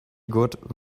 good